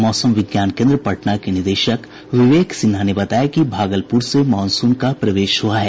मौसम विज्ञान केन्द्र पटना के निदेशक विवेक सिन्हा ने बताया कि भागलपुर से मॉनसून का प्रवेश हुआ है